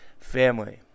family